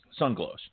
sunglows